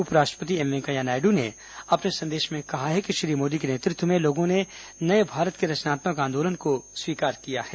उपराष्ट्रपति एम वेंकैया नायडु ने अपने संदेश में कहा है कि श्री मोदी के नेतृत्व में लोगों ने नये भारत के रचनात्मक आंदोलन को स्वीकार किया है